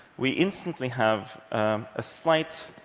we instantly have a slight,